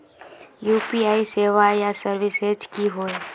UPI सेवाएँ या services की होय?